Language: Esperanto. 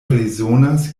rezonas